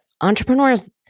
entrepreneurs